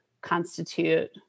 constitute